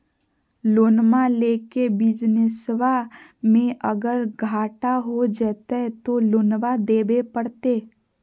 लोनमा लेके बिजनसबा मे अगर घाटा हो जयते तो लोनमा देवे परते?